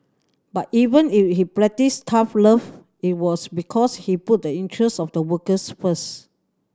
but even if he practised tough love it was because he put the interest of the workers first